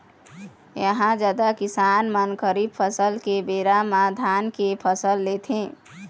इहां जादा किसान मन खरीफ फसल के बेरा म धान के फसल लेथे